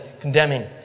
condemning